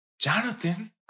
Jonathan